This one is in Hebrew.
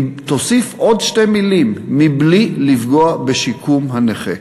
תוסיף עוד שתי מילים: מבלי לפגוע בשיקום הנכה.